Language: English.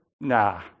nah